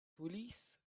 police